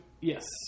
Yes